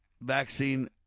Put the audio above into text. vaccine